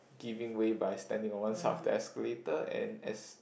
giving way by standing on one side of the escalator and as